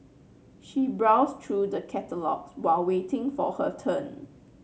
she browsed through the catalogues while waiting for her turn